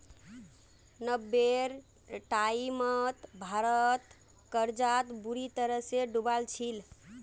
नब्बेर टाइमत भारत कर्जत बुरी तरह डूबाल छिले